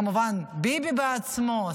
כמובן ביבי בעצמו,